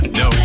no